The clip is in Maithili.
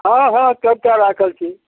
हँ हँ सबटा राखल छै